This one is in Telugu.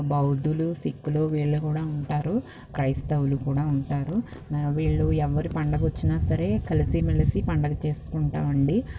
బౌద్ధులు సిక్కులు వీళ్ళు కూడా ఉంటారు క్రైస్తవులు కూడా ఉంటారు వీళ్ళు ఎవరి పండుగ వచ్చినా సరే కలిసి మెలిసి పండగ చేసుకుంటాం అండి